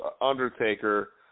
Undertaker